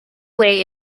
way